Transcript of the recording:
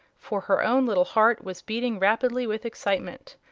for her own little heart was beating rapidly with excitement.